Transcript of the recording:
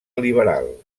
liberal